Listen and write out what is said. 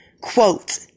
quote